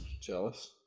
Jealous